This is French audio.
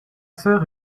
sœurs